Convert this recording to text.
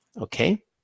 Okay